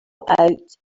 out